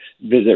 visit